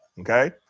Okay